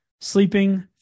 sleeping